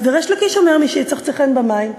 וריש לקיש אומר: "משיצחצחן במים".